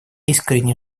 искренне